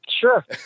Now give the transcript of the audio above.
Sure